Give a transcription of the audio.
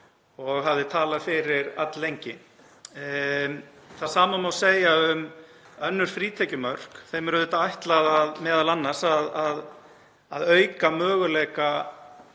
og hafði talað fyrir alllengi. Það sama má segja um önnur frítekjumörk. Þeim er auðvitað ætlað m.a. að auka möguleika